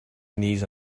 knees